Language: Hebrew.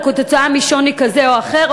או כתוצאה משוני כזה או אחר,